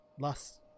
Lost